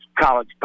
college